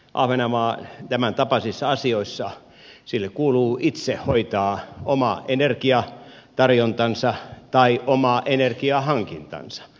ahvenanmaalle tämäntapaisissa asioissa kuuluu itse hoitaa oma energiatarjontansa tai oma energiahankintansa